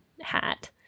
hat